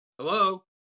hello